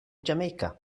jamaica